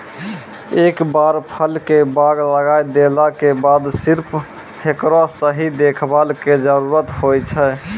एक बार फल के बाग लगाय देला के बाद सिर्फ हेकरो सही देखभाल के जरूरत होय छै